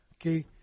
Okay